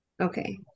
okay